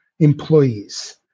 Employees